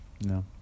No